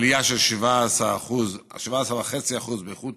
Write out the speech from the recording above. עלייה של 17.5% באיכות